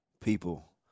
people